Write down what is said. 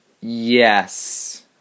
Yes